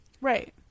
Right